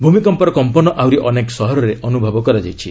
ଭୂମିକମ୍ପର କମ୍ପନ ଆହୁରି ଅନେକ ସହରରେ ଅନୁଭବ କରାଯାଇଛି